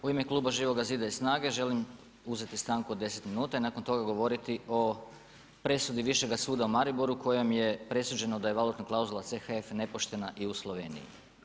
U ime kluba Živoga zida i SNAGA-e želim uzeti stanku od deset minuta i nakon toga govoriti o presudi Višega suda u Mariboru kojom je presuđeno da je valutna klauzula CHF nepoštena i u Sloveniji.